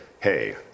hey